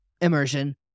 immersion